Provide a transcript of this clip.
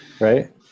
Right